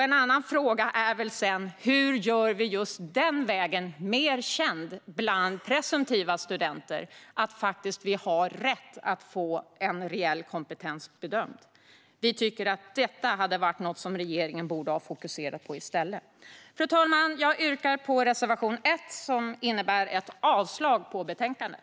En annan fråga är hur vi gör just denna väg till högskolan - att man har rätt att få sin reella kompetens bedömd - mer känd bland presumtiva studenter. Vi tycker att regeringen borde ha fokuserat på detta i stället. Fru talman! Jag yrkar bifall till reservation 1, vilket innebär att jag yrkar avslag på förslaget i betänkandet.